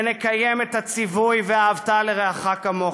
ונקיים את הציווי "ואהבת לרעך כמוך".